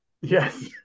Yes